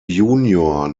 junior